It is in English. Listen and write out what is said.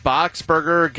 Boxberger